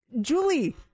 Julie